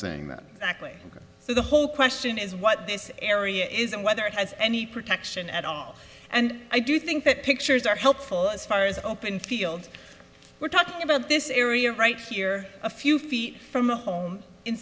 saying that actually the whole question is what this area is and whether it has any protection at all and i do think that pictures are helpful as far as open field we're talking about this area right here a few feet from a home in